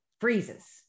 freezes